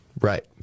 Right